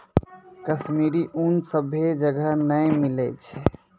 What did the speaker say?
कश्मीरी ऊन सभ्भे जगह नै मिलै छै